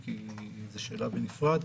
כי זו שאלה בנפרד.